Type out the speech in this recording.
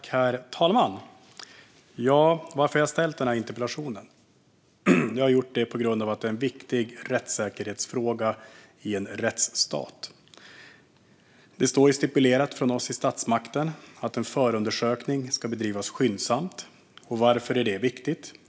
Herr talman! Varför har jag ställt den här interpellationen? Jag har gjort det på grund av att detta är en viktig rättssäkerhetsfråga i en rättsstat. Det står stipulerat från oss i statsmakten att en förundersökning ska bedrivas skyndsamt. Varför är då det viktigt?